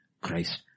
Christ